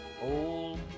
old